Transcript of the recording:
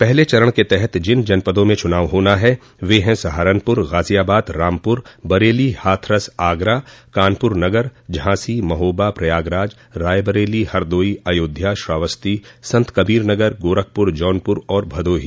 पहले चरण के तहत जिन जनपदों में चुनाव होना है वे हैं सहारनपुर गाजियाबाद रामपुर बरेली हाथरस आगरा कानपुर नगर झांसी महोबा प्रयागराज रायबरेली हरदोई अयोध्या श्रावस्ती सन्तकबीरनगर गोरखपुर जौनपुर और भदोही